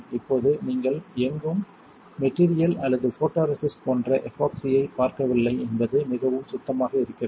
இப்போது நீங்கள் எங்கும் மெட்டீரியல் அல்லது ஃபோட்டோரெசிஸ்ட் போன்ற எபோக்சியைப் பார்க்கவில்லை என்பது மிகவும் சுத்தமாக இருக்கிறது